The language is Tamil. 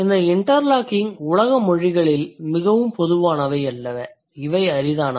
இந்த இண்டெர்லாக்கிங் உலக மொழிகளில் மிகவும் பொதுவானவை அல்ல இவை அரிதானவை